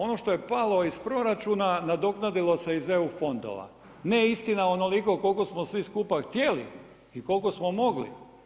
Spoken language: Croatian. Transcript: Ono što je palo iz proračuna nadoknadilo se iz EU fondova, ne istina onoliko koliko smo svi skupa htjeli i koliko smo mogli.